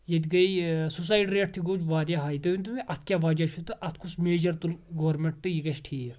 ییٚیہِ گے suicide rate تہِ گوٚو واریاہ ہاے تُہۍ ؤنۍ تو مےٚ اَتھ کیٛاہ وجہ چھُ تہٕ اَتھ کُس میجر تُلۍ گورمینٹ تہٕ یہِ گژھِ ٹھیٖک